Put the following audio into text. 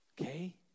Okay